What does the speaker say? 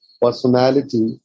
personality